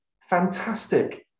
fantastic